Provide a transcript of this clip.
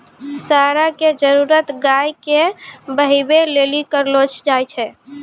साँड़ा के जरुरत गाय के बहबै लेली करलो जाय छै